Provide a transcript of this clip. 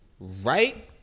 Right